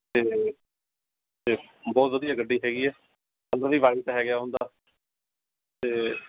ਅਤੇ ਬਹੁਤ ਵਧੀਆ ਗੱਡੀ ਹੈਗੀ ਹੈ ਕਲਰ ਵੀ ਵਾਈਟ ਹੈਗਾ ਉਹਦਾ ਅਤੇ